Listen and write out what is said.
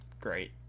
great